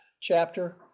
chapter